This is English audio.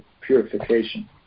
purification